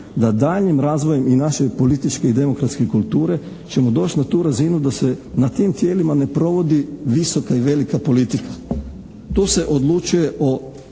da daljnjim razvojem i naše političke i demokratske kulture ćemo doći na tu razinu da se na tim tijelima ne provodi visoka i velika politika. Tu se odlučuje o